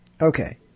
Okay